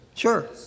Sure